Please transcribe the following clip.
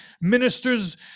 ministers